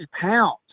pounds